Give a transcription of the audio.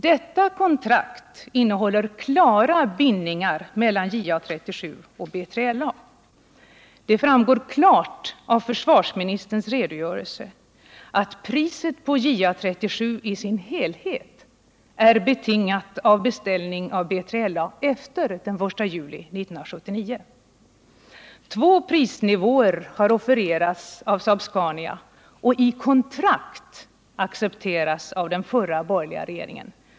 Detta kontrakt innehåller klara bindningar mellan JA 37 och B3LA. Det framgår klart av försvarsministerns redogörelse att priset på JA 37 i sin helhet är betingat av beställning av B3LA efter den 1 juli 1979. Två prisnivåer har offererats av Saab-Scania och i kontrakt accepterats av den förra borgerliga regeringen.